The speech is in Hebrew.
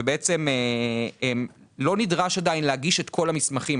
ובעצם לא נדרש עדיין להגיש את כל המסמכים,